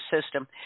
system